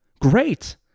Great